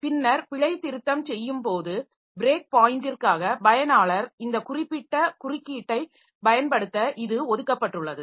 பின்னர் பிழைத்திருத்தம் செய்யும்போது பிரேக் பாயிண்டிற்காக பயனாளர் இந்த குறிப்பிட்ட குறுக்கீட்டைப் பயன்படுத்த இது ஒதுக்கப்பட்டுள்ளது